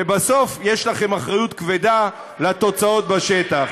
ובסוף יש לכם אחריות כבדה לתוצאות בשטח.